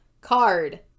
card